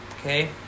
Okay